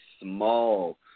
small